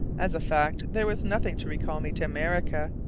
as a fact there was nothing to recall me to america.